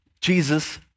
Jesus